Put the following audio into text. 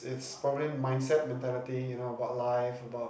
it's probably mindset mentality you know about life about